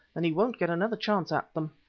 then he won't get another chance at them.